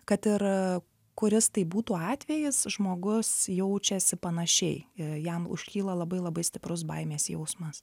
kad ir kuris tai būtų atvejis žmogus jaučiasi panašiai jam užkyla labai labai stiprus baimės jausmas